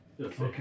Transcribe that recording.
Okay